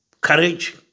courage